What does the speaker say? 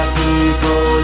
people